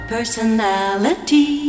Personality